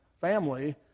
family